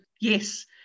Yes